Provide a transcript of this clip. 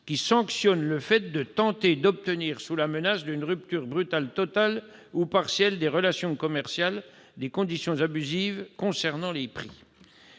qui sanctionne le fait de tenter d'obtenir, sous la menace d'une rupture brutale totale ou partielle des relations commerciales, des conditions abusives concernant les prix.